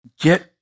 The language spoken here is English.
Get